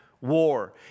War